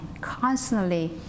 constantly